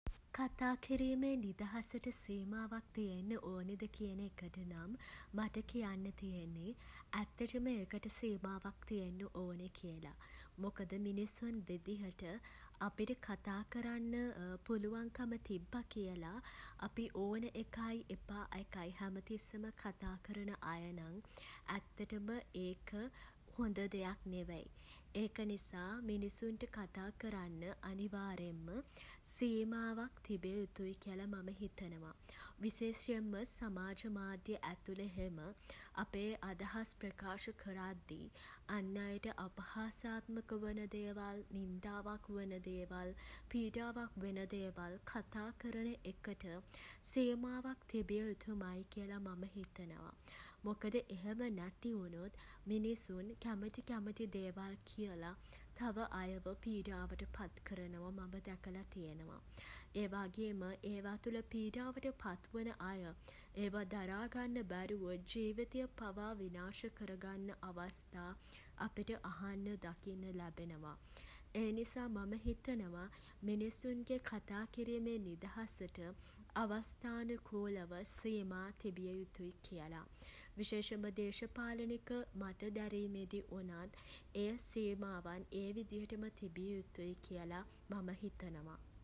කතා කිරීමේ නිදහසට සීමාවක් තියෙන්න ඕනෙද කියන එකට නම් මට කියන්න තියෙන්නේ ඇත්තටම ඒකට සීමාවක් තියෙන්න ඕනේ කියල. මොකද මිනිසුන් විදිහට අපිට කතා කරන්න පුළුවන්කම තිබ්බ කියල අපි ඕන එකයි එපා එකයි හැම තිස්සෙම කතා කරනවා නම් ඇත්තටම ඒක හොඳ දෙයක් නෙවෙයි. ඒක නිසා මිනිස්සුන්ට කතා කරන්න අනිවාර්යෙන්ම සීමාවක් තිබිය යුතුයි කියලා මම හිතනවා. විශේෂයෙන්ම සමාජ මාධ්‍ය ඇතුළේ එහෙම අපේ අදහස් ප්‍රකාශ කරද්දී අන් අයට අපහාසාත්මක වන දේවල් නින්දාවක් වන දේවල් පීඩාවක් වෙන දේවල් කතා කරන එකට සීමාවක් තිබිය යුතුමයි කියලා මම හිතෙනවා. මොකද එහෙම නැති වුනොත් මිනිසුන් කැමති කැමති දේවල් කියල තව අයව පීඩාවට පත් කරනවා මම දැකලා තියෙනවා. ඒ වගේම ඒවා තුළ පීඩාවට පත්වන අය ඒවා දරාගන්න බැරිව ජීවිතය පවා විනාශ කර ගන්න අවස්ථා අපිට අහන්න දකින්න ලැබෙනවා. ඒ නිසා මම හිතනවා මිනිසුන්ගේ කතා කිරීමේ නිදහසට අවස්ථානුකූලව සීමා තිබිය යුතුයි කියල. විශේෂෙන්ම දේශපාලනික මත දැරීමේ දී වුණත් ඒ සීමාවන් ඒ විදියටම තිබිය යුතුයි කියලා මම හිතනවා.